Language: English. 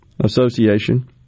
Association